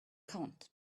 count